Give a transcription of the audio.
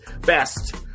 best